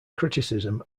criticism